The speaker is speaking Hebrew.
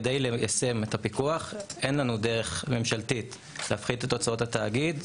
כדי ליישם את הפיקוח אין לנו דרך ממשלתית להפחית את הוצאות התאגיד,